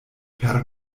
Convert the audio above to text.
per